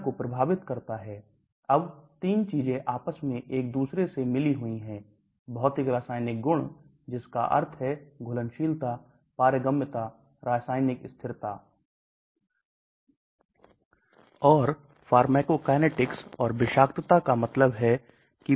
इसलिए हमें दवा की संपत्ति को संतुलित करने की आवश्यकता है ताकि दोनों एक ही समय में संतुष्ट है इसका मतलब है कि इसमें पानी की घुलनशीलता पर्याप्त होनी चाहिए और फिर इसे membrane के माध्यम से पारगम्यता प्रदान करने और रक्त प्रवाह तक पहुंचने में सक्षम होना चाहिए